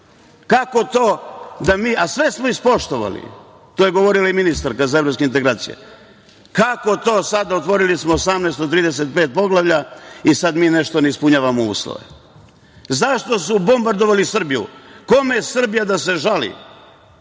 Evropskoj uniji. Sve smo ispoštovali, to je govorila i ministarka za evropske integracije. Kako to sada, otvorili smo 18 od 35 poglavlja i sada mi nešto ne ispunjavamo uslove? Zašto su bombardovali Srbiju? Kome Srbija da se žali?